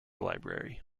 library